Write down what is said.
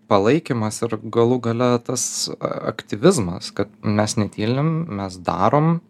palaikymas ir galų gale tas aktyvizmas kad mes netylim mes darom